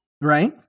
Right